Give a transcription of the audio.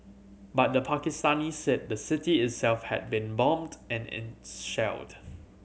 but the Pakistanis said the city itself had been bombed and in shelled